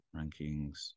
rankings